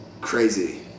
crazy